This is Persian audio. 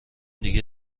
دیگه